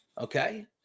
Okay